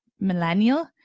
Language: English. millennial